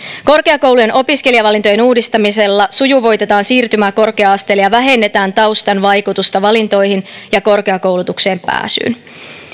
korkeakoulujen opiskelijavalintojen uudistamisella sujuvoitetaan siirtymää korkea asteelle ja vähennetään taustan vaikutusta valintoihin ja korkeakoulutukseen pääsyyn